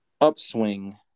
upswing